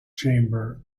chamber